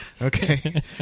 Okay